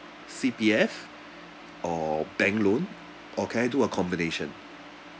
C_P_F or bank loan or can I do a combination